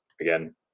again